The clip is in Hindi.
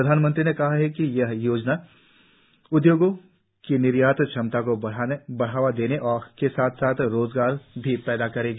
प्रधानमंत्री ने कहा कि यह योजना उद्योगों की निर्यात क्षमताओं को बढावा देने के साथ साथ रोजगार भी पैदा करेगी